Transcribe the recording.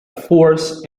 force